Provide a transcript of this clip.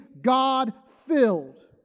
God-filled